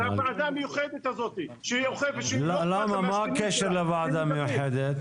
זאת הוועדה המיוחדת הזאת --- מה הקשר לוועדה המיוחדת?